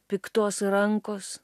piktos rankos